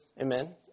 Amen